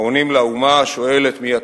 העונים לאומה השואלת: "מי אתם?"